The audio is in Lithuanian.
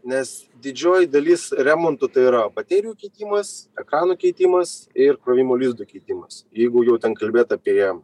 nes didžioji dalis remonto tai yra baterijų keitimas ekrano keitimas ir krovimo lizdo keitimas jeigu jau ten kalbėt apie